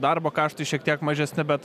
darbo kaštai šiek tiek mažesni bet